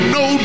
no